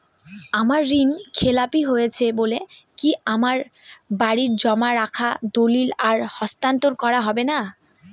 আমার ঋণ খেলাপি হয়েছে বলে কি আমার বাড়ির জমা রাখা দলিল আর হস্তান্তর করা হবে না?